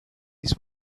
his